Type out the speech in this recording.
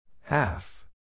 Half